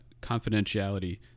confidentiality